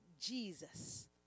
Jesus